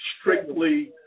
strictly